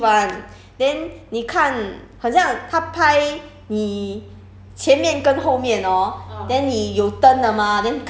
have they they put the camera the two perspective [one] then 你看很像他拍你